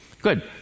good